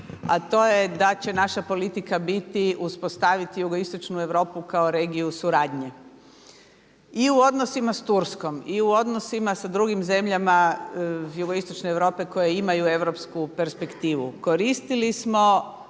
a to je da će naša politika biti uspostaviti jugoistočnu Europu kao regiju suradnje. I u odnosima sa Turskom i u odnosima sa drugim zemljama jugoistočne Europe koje imaju europsku perspektivu koristili smo